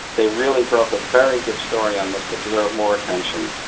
they really broke a very good story on this that deserved more attention,